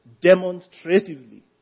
demonstratively